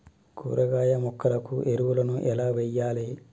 కూరగాయ మొక్కలకు ఎరువులను ఎలా వెయ్యాలే?